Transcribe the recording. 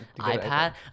iPad